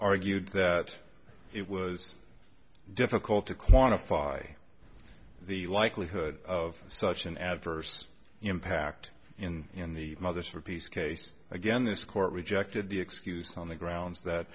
argued that it was difficult to quantify the likelihood of such an adverse impact in in the mother's for peace case again this court rejected the excuse on the grounds that